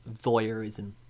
voyeurism